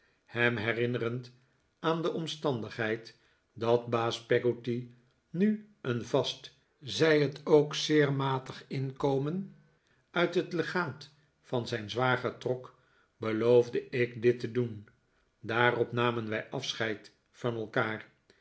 ham herinnerend aan de omstandigheid dat baas peggotty nu een vast zij het ook zeer matig inkomen uit het legaat van zijn zwager trok beloofde ik dit te doen daarop namen wij afscheid van elkaar